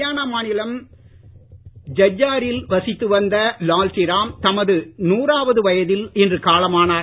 அரியானா மாநிலம் ஜஜ்ஜாரில் வசித்து வந்த லால்டிராம் தமது நூறாவது வயதில் இன்று காலமானார்